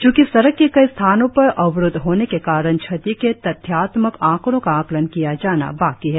चूंकि सड़क के कई स्थानों पर अवरुद्ध होने के कारण क्षति के तथ्यात्मक आंकड़ो का आकलन किया जाना बाकी है